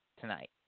tonight